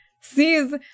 sees